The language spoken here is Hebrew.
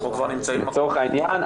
אנחנו כבר נמצאים --- לצורך העניין,